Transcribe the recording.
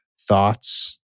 thoughts